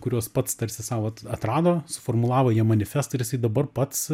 kuriuos pats tarsi sau vat atrado suformulavo jiem manifestą ir jisai dabar pats